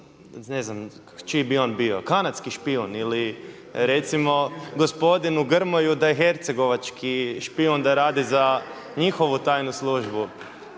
ne znam, čiji bi on bio, kanadski špijun ili recimo gospodinu Grmoju da je hercegovački špijun da radi za njihovu tajnu službu